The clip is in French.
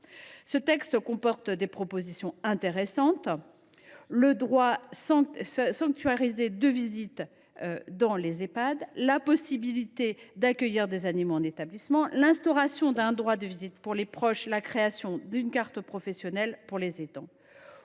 Ce texte comporte des propositions intéressantes : droit sanctuarisé de visite dans les Ehpad, possibilité d’accueillir des animaux en établissement, instauration d’un droit de visite pour les proches, création d’une carte professionnelle pour les aidants.